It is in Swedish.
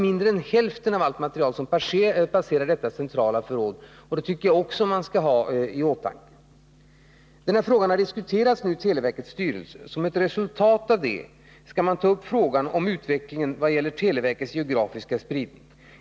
Mindre än hälften av allt material passerar alltså detta centrala förråd, vilket jag också tycker att man skall ha i åtanke. Frågan har nu diskuterats i televerkets styrelse. Som ett resultat av denna diskussion skall man ta upp frågan om utvecklingen i vad gäller televerkets geografiska spridning.